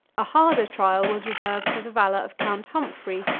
a harder trial was reserved for the valor of count humphrey,